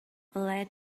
led